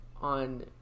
on